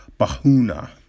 Bahuna